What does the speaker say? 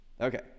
Okay